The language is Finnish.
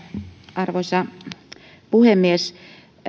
arvoisa puhemies